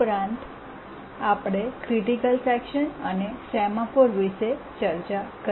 ઉપરાંત આપણે critical section અને સેમાફોરવિશે ચર્ચા કરી